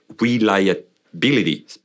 reliability